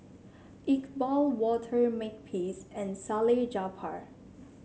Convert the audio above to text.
Iqbal Walter Makepeace and Salleh Japar